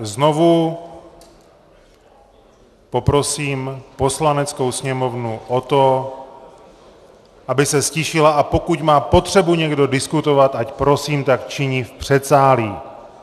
Znovu poprosím Poslaneckou sněmovnu o to, aby se ztišila, a pokud má potřebu někdo diskutovat, ať prosím tak činí v předsálí.